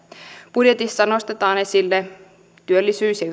budjetissa nostetaan esille työllisyys ja